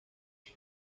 شبا